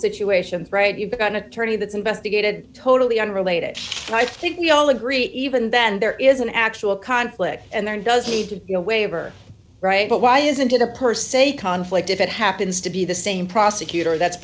situations right you've got an attorney that's investigated totally unrelated i think we all agree even then there is an actual conflict and there does need to be a waiver right but why isn't it the per se conflict if it happens to be the same prosecutor that's